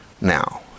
now